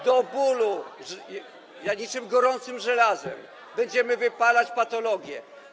Do bólu, niczym gorącym żelazem będziemy wypalać patologię.